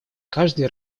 каждой